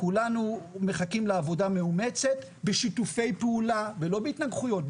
כולנו מחכים לעבודה מאומצת בשיתופי פעולה ולא בהתנגחויות,